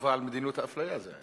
בתגובה למדיניות האפליה זה היה.